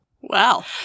Wow